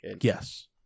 yes